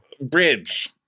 bridge